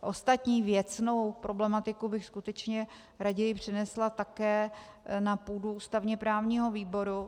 Ostatní věcnou problematiku bych skutečně raději přenesla také na půdu ústavněprávního výboru.